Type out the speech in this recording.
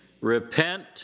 repent